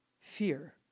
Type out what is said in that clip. fear